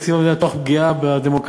תקציב המדינה תוך פגיעה בדמוקרטיה.